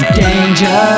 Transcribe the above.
danger